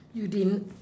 you didn't